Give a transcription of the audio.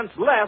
less